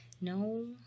no